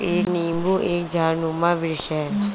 नींबू एक झाड़नुमा वृक्ष है